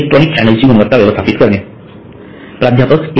electronic चॅनेलची गुणवत्ता व्यवस्थापित करणे प्राध्यापक ए